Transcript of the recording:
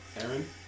Aaron